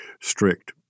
strict